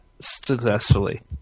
successfully